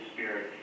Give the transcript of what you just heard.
Spirit